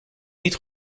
niet